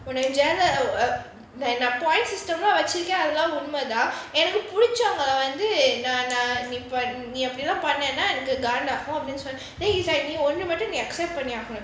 உன்ன எங்கயாவது:unna engayaavathu point system ah வச்சிருக்கேன் அதெல்லாம் உண்மை தான் எனக்கு புடிச்சவங்கள வந்து நீ அப்டிலாம் பண்ணேனா எனக்கு காண்டாகும்:vachirukaen athellaam unmai than enaku pidichavangala nee apdilaam pannenaa enaku kaandaagum and ஒன்னு மட்டும் நீ:onnu mattum nee then he's like பண்ணியாகனும்:panniyaaganum